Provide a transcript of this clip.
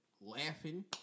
laughing